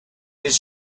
his